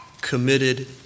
committed